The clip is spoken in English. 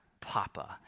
papa